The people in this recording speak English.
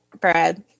Brad